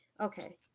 okay